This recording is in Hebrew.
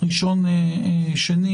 ראשון-שני,